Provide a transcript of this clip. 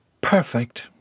perfect